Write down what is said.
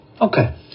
Okay